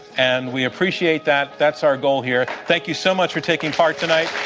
and we appreciate that. that's our goal here. thank you so much for taking part tonight.